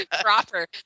Proper